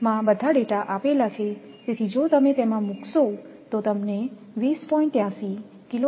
માં બધા ડેટા આપેલા છેતેથી જો તમે તેમાં મૂકશો તો તમને 20